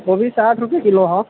कोबी साठ रुपए किलो हऽ